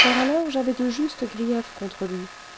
car alors j'avais de justes griefs contre lui